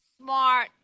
smart